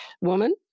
woman